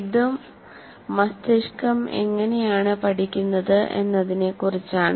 ഇതും മസ്തിഷ്കം എങ്ങിനെയാണ് പഠിക്കുന്നത് എന്നതിനെകുറിച്ചാണ്